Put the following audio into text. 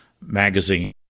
magazine